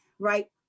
right